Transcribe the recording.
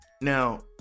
now